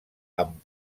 amb